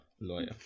lawyer